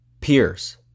peers